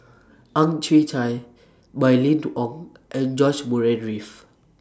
Ang Chwee Chai Mylene Ong and George Murray Reith